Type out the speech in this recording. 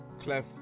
clef